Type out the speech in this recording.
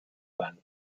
fang